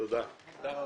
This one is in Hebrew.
תודה על